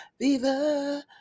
Viva